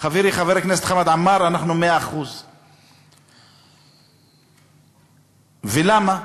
חברי חבר הכנסת חמד עמאר, אנחנו 100%. ולמה?